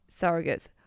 surrogates